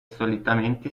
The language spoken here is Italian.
solitamente